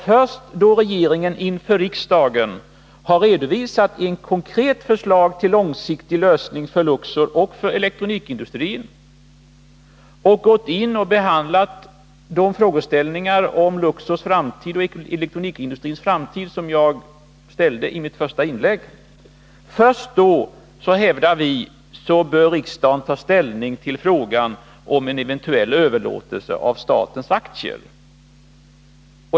Först då regeringen inför riksdagen har redovisat ett konkret förslag till en långsiktig lösning för Luxor och för elektronikindustrin samt gått in och behandlat de frågor om Luxors och elektronikindustrins framtid som jag tog upp i mitt första inlägg, bör enligt vår mening riksdagen ta ställning till frågan om en eventuell överlåtelse av statens aktier.